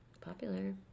Popular